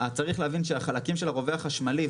צריך להבין שהחלקים של הרובה החשמלי,